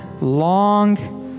long